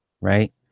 right